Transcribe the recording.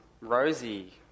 Rosie